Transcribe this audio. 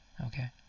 Okay